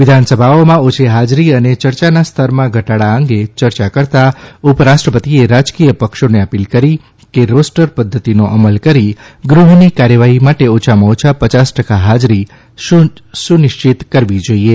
વિધાનસભાઓમાં ઓછી હાજરી અને ચર્ચાના સ્તરમાં ઘટાડા અંગે ચર્ચા કરતાં ઉપરાષ્ટ્રપતિએ રાજકીય પક્ષોને અપીલ કરી કે રોસ્ટર પદ્ધતિનો અમલ કરી ગૃહની કાર્યવાહી માટે ઓછામાં ઓછા પચાસ ટકા હાજરી સુનિશ્ચિત કરવી જોઇએ